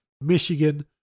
Michigan